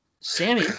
Sammy